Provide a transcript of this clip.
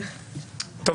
אנחנו